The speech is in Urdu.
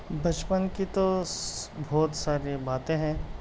بچپن کی تو بہت ساری باتیں ہیں